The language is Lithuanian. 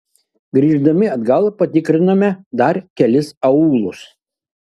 grįždami atgal patikrinome dar kelis aūlus